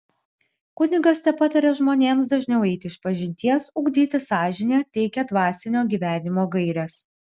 kunigas tepataria žmonėms dažniau eiti išpažinties ugdyti sąžinę teikia dvasinio gyvenimo gaires